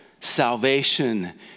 salvation